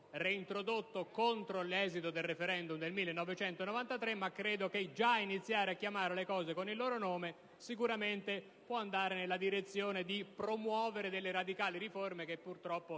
reintrodotto contro l'esito del *referendum* del 1993. Credo che iniziare a chiamare le cose con il loro nome possa sicuramente andare nella direzione di promuovere delle radicali riforme, che purtroppo